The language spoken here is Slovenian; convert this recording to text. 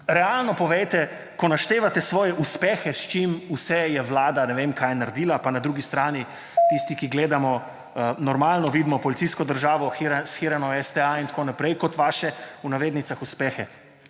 realno povejte, ko naštevate svoje uspehe, s čim vse je vlada ne vem kaj naredila, pa na drugi strani tisti, ki gledamo normalno, vidimo policijsko državo, shirano STA in tako naprej kot vaše, v navednicah, uspehe.